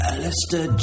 Alistair